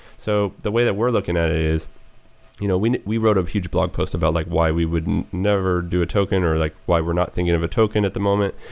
so the way that we're looking at is you know we we rode a huge block post about like why we wouldn't never do a token, or like why we're not thinking of a token at the moment,